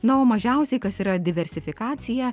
na o mažiausiai kas yra diversifikacija